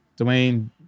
Dwayne